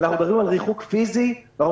אנחנו מדברים על ריחוק פיזי ואנחנו